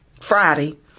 Friday